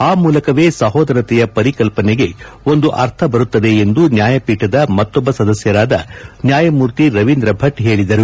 ಆ ಮೂಲಕವೇ ಸಹೋದರತೆಯ ಪರಿಕಲ್ಲನೆಗೆ ಒಂದು ಅರ್ಥ ಬರುತ್ತದೆ ಎಂದು ನ್ನಾಯಪೀಠದ ಮತ್ತೊಬ್ಲ ಸದಸ್ನರಾದ ನ್ನಾಯಮೂರ್ತಿ ರವೀಂದ್ರ ಭೆಚ್ ಹೇಳಿದರು